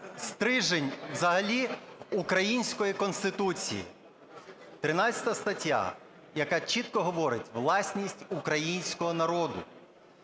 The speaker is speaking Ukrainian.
стержень взагалі української Конституції, 13 стаття, яка чітко говорить: "власність українського народу".